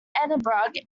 edinburgh